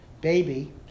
baby